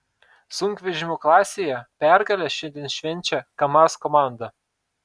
sunkvežimių klasėje pergalę šiandien švenčia kamaz komanda